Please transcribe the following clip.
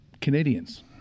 Canadians